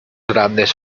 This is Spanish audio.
grandes